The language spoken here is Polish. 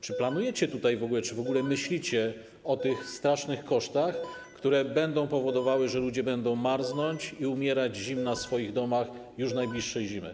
Czy planujecie w ogóle, czy w ogóle myślicie o strasznych kosztach, które będą powodowały, że ludzie będą marznąć i umierać z zimna w swoich domach już najbliższej zimy?